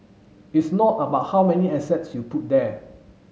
it's not about how many assets you put there